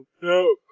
No